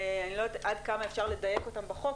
אני לא יודעת עד כמה אפשר לדייק אותם בחוק,